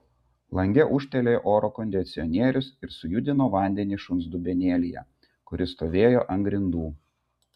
lange ūžtelėjo oro kondicionierius ir sujudino vandenį šuns dubenėlyje kuris stovėjo ant grindų